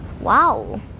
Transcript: Wow